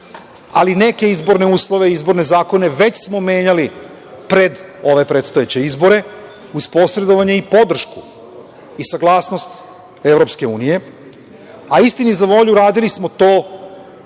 Ali, neke izborne uslove, izborne zakone, već smo menjali pred ove predstojeće izbore, uz posredovanje, podršku i saglasnost EU, a istini za volju, radili smo to pred